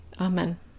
Amen